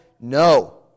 No